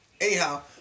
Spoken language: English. Anyhow